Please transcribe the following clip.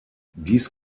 dies